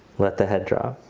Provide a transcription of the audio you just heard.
let the head drop.